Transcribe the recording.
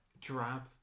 drab